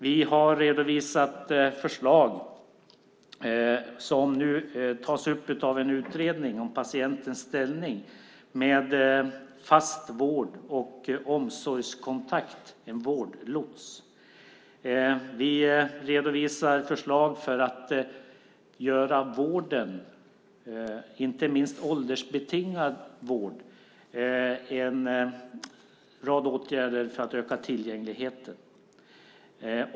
Vi har redovisat förslag som tas upp av en utredning om patientens ställning med fast vård och omsorgskontakt, en vårdlots. Vi redovisar förslag på en rad åtgärder för att öka tillgängligheten i vården, och det gäller inte minst åldersbetingad vård.